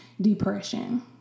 depression